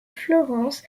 florence